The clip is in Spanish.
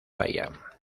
bahía